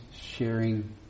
sharing